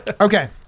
Okay